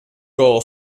goal